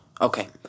Okay